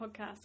podcast